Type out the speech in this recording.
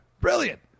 brilliant